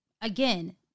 Again